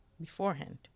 beforehand